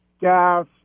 gas